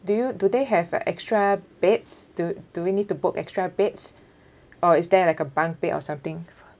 do you do they have a extra beds do do we need to book extra beds or is there like a bunk bed or something